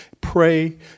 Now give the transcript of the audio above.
pray